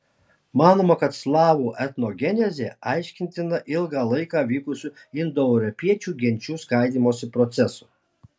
manoma kad slavų etnogenezė aiškintina ilgą laiką vykusiu indoeuropiečių genčių skaidymosi procesu